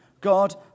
God